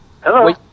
Hello